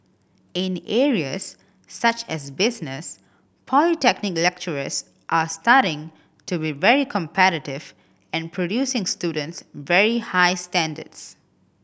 in areas such as business polytechnic lecturers are starting to be very competitive and producing students very high standards